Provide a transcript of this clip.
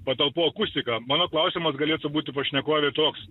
patalpų akustiką mano klausimas galėtų būti pašnekovei toks